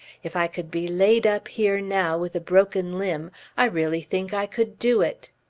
if i could be laid up here now with a broken limb i really think i could do it.